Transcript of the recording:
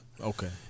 Okay